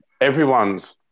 everyone's